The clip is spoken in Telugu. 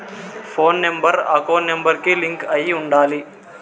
పోను నెంబర్ అకౌంట్ నెంబర్ కి లింక్ అయ్యి ఉండాలి